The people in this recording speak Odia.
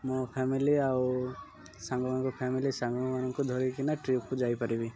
ମୋ ଫ୍ୟାମିଲି ଆଉ ସାଙ୍ଗମାନଙ୍କ ଫ୍ୟାମିଲି ସାଙ୍ଗମାନାନଙ୍କୁ ଧରିକିନା ଟ୍ରିପକୁ ଯାଇପାରିବି